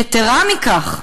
יתרה מכך,